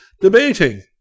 debating